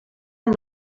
amb